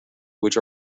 which